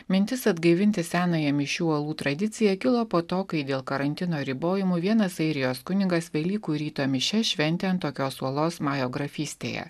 mintis atgaivinti senąją mišių uolų tradicija kilo po to kai dėl karantino ribojimų vienas airijos kunigas velykų ryto mišias šventė ant tokios uolos majo grafystėje